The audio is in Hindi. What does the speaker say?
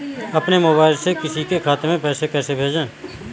अपने मोबाइल से किसी के खाते में पैसे कैसे भेजें?